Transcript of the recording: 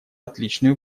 отличную